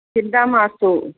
चिन्ता मास्तु